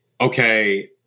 okay